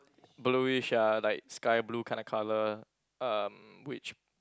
blueish ah like sky blue kinda colour um which